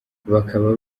bakaba